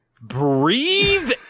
breathe